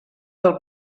del